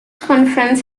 conference